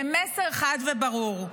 זה מסר חד וברור: